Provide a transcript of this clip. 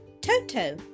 Toto